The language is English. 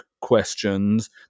questions